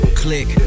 click